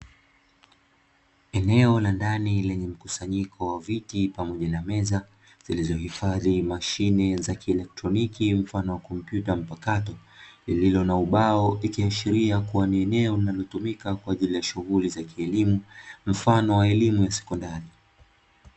Eneo la ndani lenye mkusanyiko wa viti pamoja na meza, zilizohifadhi mashine za kielektroniki mfano wa kompyuta mpakato, lililo na ubao ikiashiria kuwa ni eneo linalotumika kwa ajili ya shughuli za kielimu, mfano wa elimu ya sekondari.